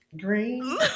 green